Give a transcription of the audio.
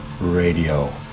Radio